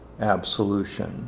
absolution